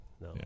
no